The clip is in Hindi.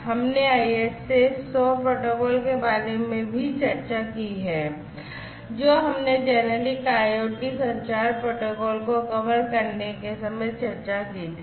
हमने ISA 100 प्रोटोकॉल के बारे में भी चर्चा की है जो हमने जेनेरिक IoT संचार प्रोटोकॉल को कवर करने के समय चर्चा की थी